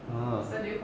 !huh!